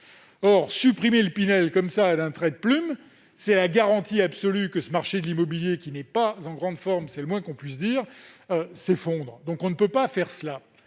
Supprimer le Pinel d'un trait de plume, c'est la garantie absolue que le marché de l'immobilier, qui n'est pas en grande forme, c'est le moins que l'on puisse dire, s'effondre. On ne peut donc pas faire cela.